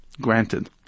Granted